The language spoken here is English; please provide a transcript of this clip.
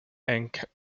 and